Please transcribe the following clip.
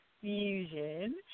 Fusion